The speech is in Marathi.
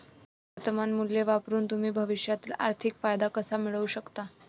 वर्तमान मूल्य वापरून तुम्ही भविष्यातील आर्थिक फायदा कसा मिळवू शकता?